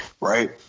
right